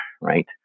right